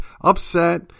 upset